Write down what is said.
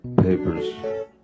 papers